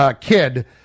kid